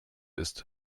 ist